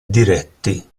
diretti